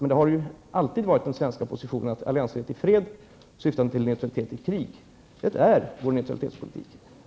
Den svenska positionen har ju alltid varit alliansfrihet i fred syftande till neutralitet i krig. Det är vår neutralitetspolitik.